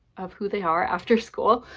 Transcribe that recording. of who they are after school.